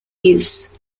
use